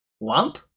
lump